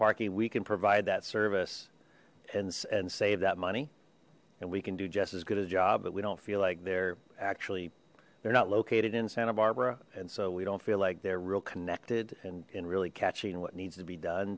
parking we can provide that service and save that money and we can do just as good a job but we don't feel like they're actually they're not located in santa barbara and so we don't feel like they're real connected and in really catching what needs to be done